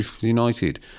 United